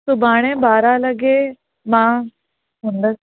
सुभाणे ॿारहं लॻे मां हूंदसि